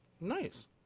Nice